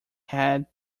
had